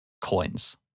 coins